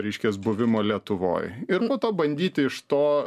reiškias buvimo lietuvoj ir po to bandyti iš to